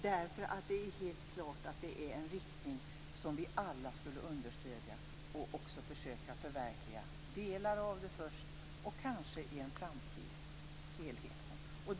Det är helt klart att det är en riktning som vi alla skulle understödja och också försöka förverkliga. Vi kan ta delar av det först, och kanske i en framtid helheten.